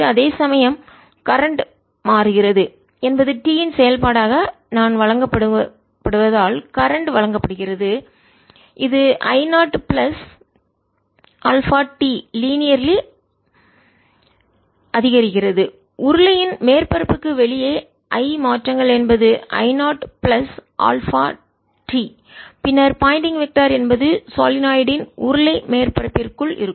அதேசமயம் கரண்ட் மின்னோட்டம் மாறுகிறது என்பது t இன் செயல்பாடாக நான் வழங்கப்படுவதால் கரண்ட் மின்னோட்டம் வழங்கப்படுகிறது இது I 0 plus alpha t linearly நேர்கோட்டுடன் அதிகரிக்கிறது உருளை இன் மேற்பரப்புக்கு வெளியே I மாற்றங்கள் என்பது I 0 பிளஸ் ஆல்பா t பின்னர் பாயிண்டிங் வெக்டர் திசையன் என்பது சொலினாய்டு இன் உருளை மேற்பரப்பிற்குள் இருக்கும்